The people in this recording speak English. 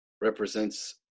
represents